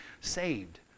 saved